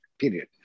period